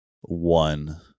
one